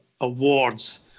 awards